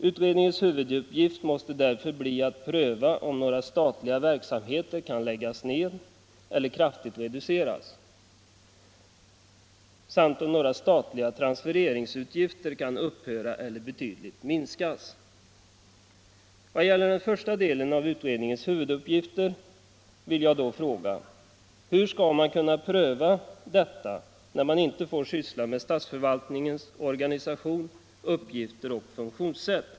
Utredningens huvuduppgift måste därför bli att pröva om några statliga verksamheter kan läggas ned eller kraftigt reduceras och om några statliga transfereringsutgifter kan upphöra eller betydligt minskas. I vad gäller den första delen av utredningens huvuduppgift vill jag fråga: Hur skall man kunna pröva detta när man inte får syssla med statsförvaltningens organisation, uppgifter och funktionssätt?